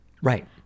Right